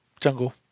jungle